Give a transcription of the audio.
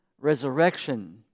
resurrection